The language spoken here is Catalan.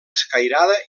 escairada